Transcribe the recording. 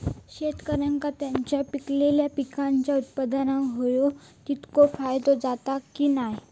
शेतकऱ्यांका त्यांचा पिकयलेल्या पीकांच्या उत्पन्नार होयो तितको फायदो जाता काय की नाय?